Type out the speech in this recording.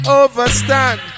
overstand